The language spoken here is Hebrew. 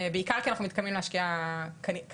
בעיקר כי אנחנו מתכוונים להשקיע כרגע,